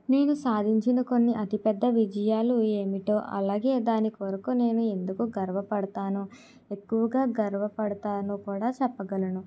నేను సాధించిన కొన్ని అతి పెద్ద విజయాలు ఏమిటో అలాగే దాని కొరకు నేను ఎందుకు గర్వపడతానో ఎక్కువగా గర్వపడతానో కూడా చెప్పగలను